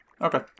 Okay